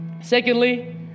Secondly